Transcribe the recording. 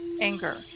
anger